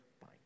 fine